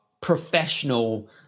professional